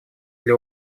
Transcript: для